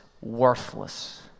worthless